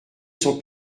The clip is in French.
son